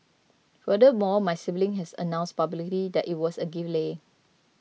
furthermore my sibling had announced publicly that it was a gift Leh